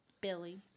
Billy